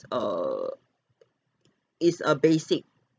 err is a basic